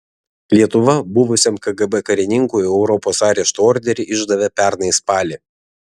lietuva buvusiam kgb karininkui europos arešto orderį išdavė pernai spalį